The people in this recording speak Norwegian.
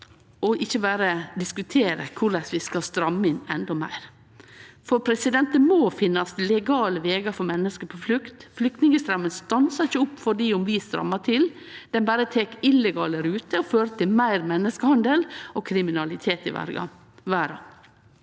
ikkje berre diskutere korleis vi skal stramme inn endå meir. Det må finnast legale vegar for menneske på flukt. Flyktningstraumen stansar ikkje opp om vi strammar til. Den berre tek illegale ruter og fører til meir menneskehandel og kriminalitet i verda.